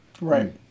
right